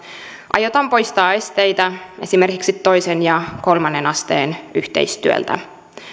aiotaan poistaa esteitä esimerkiksi toisen ja kolmannen asteen yhteistyöltä